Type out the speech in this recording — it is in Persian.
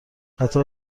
قطار